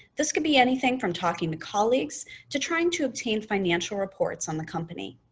this could be anything from talking to colleagues to trying to obtain financial reports on the company.